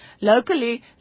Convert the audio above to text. Locally